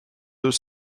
deux